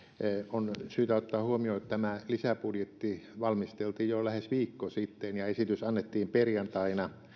on syytä ottaa huomioon että tämä lisäbudjetti valmisteltiin jo lähes viikko sitten ja esitys annettiin perjantaina